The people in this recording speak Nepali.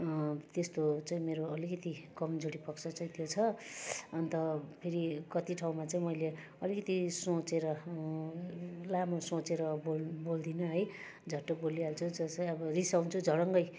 त्यस्तो चाहिँ मेरो अलिकति कमजोरी पक्ष चाहिँ त्यो छ अन्त फेरि कति ठाउँमा चाहिँ मैले अलिकति सोचेर लामो सोचेर बोल बोल्दिनँ है झट्टै बोलिहाल्छु जसै अब रिसाउँछु झडङ्गै